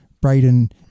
Braden